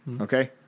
okay